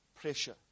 pressure